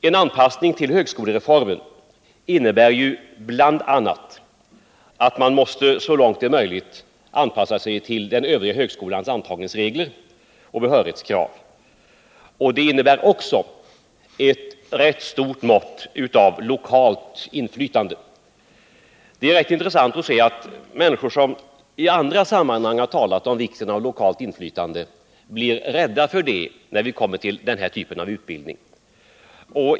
En anpassning till högskolereformen innebär ju bl.a. att man så långt möjligt måste anpassa sig till den övriga högskolans antagningsregler och behörighetskrav. Det innebär också ett rätt stort mått av lokalt inflytande. Det är rätt intressant att se att människor som i andra sammanhang har talat om vikten av lokalt inflytande blir rädda för det när vi kommer till den här typen av utbildning.